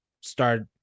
start